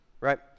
right